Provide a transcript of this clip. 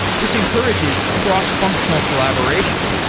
this encourages cross-functional collaboration.